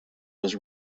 was